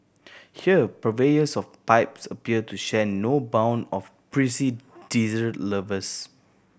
here purveyors of pipes appear to share no bond of prissy dessert lovers